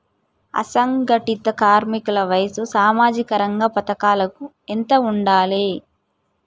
అసంఘటిత కార్మికుల వయసు సామాజిక రంగ పథకాలకు ఎంత ఉండాలే?